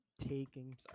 taking